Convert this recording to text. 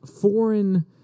foreign